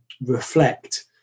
reflect